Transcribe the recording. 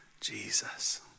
Jesus